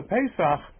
Pesach